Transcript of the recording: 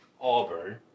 Auburn